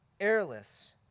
airless